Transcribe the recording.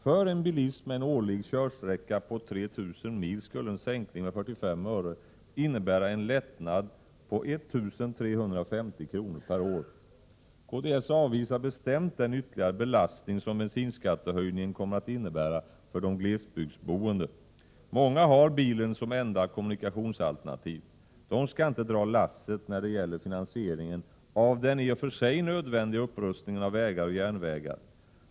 För en bilist med en årlig körsträcka om 3 000 mil skulle en sänkning med 45 öre innebära en lättnad på 1 350 kr. per år. Vi i kds avvisar bestämt den ytterligare belastning som bensinskattehöjningen kommer att innebära för de glesbygdsboende. För många är bilen det enda kommunikationsalternativet. Dessa skall inte dra lasset när det gäller finansieringen av den i och för sig nödvändiga upprustningen av vägar och järnvägar.